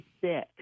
sick